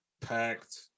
Packed